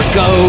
go